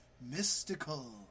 mystical